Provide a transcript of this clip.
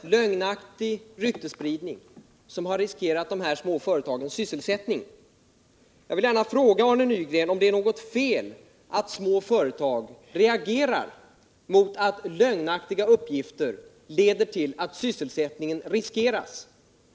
lögnaktig ryktesspridning, som har riskerat de här småföretagens sysselsättning. Jag vill gärna fråga Arne Nygren om det är något fel i att småföretag reagerar mot att lögnaktiga uppgifter leder till att deras sysselsättning riskeras.